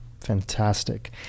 Fantastic